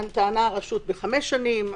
טענה הרשות בחמש שנים,